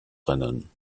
rennen